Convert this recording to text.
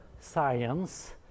science